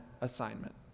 assignment